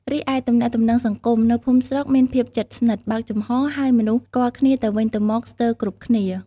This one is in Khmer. រីឯ ទំនាក់ទំនងសង្គម នៅភូមិស្រុកមានភាពជិតស្និទ្ធ បើកចំហរ ហើយមនុស្សស្គាល់គ្នាទៅវិញទៅមកស្ទើរគ្រប់គ្នា។